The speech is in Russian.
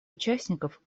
участников